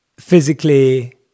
Physically